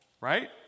right